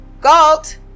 Galt